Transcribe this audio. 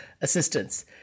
assistance